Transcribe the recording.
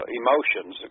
emotions